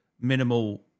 minimal